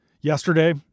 Yesterday